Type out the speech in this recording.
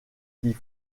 qui